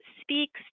speaks